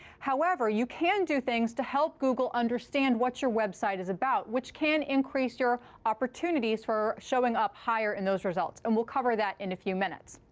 however, you can do things to help google understand what your website is about, which can increase your opportunities for showing up higher in those results. and we'll cover that in a few minutes.